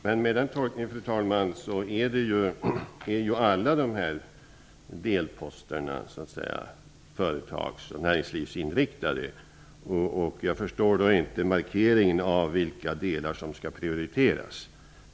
Fru talman! Med denna tolkning är ju alla delposter företags och näringslivsinriktade. Jag förstår då inte markeringen av vilka delar som skall prioriteras.